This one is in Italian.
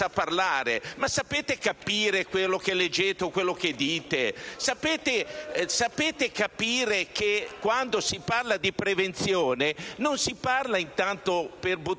Ma sapete capire quello che leggete o quello che dite? Sapete capire che, quando si parla di prevenzione, non si interviene tanto per buttare